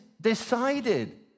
decided